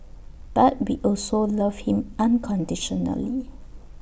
but we also love him unconditionally